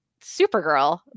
Supergirl